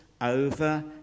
over